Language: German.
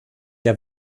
der